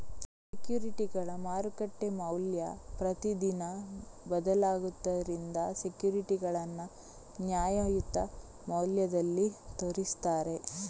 ಸೆಕ್ಯೂರಿಟಿಗಳ ಮಾರುಕಟ್ಟೆ ಮೌಲ್ಯ ಪ್ರತಿದಿನ ಬದಲಾಗುದರಿಂದ ಸೆಕ್ಯೂರಿಟಿಗಳನ್ನ ನ್ಯಾಯಯುತ ಮೌಲ್ಯದಲ್ಲಿ ತೋರಿಸ್ತಾರೆ